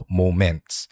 moments